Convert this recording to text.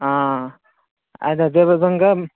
అదే విధంగా